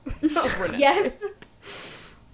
Yes